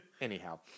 Anyhow